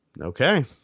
Okay